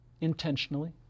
intentionally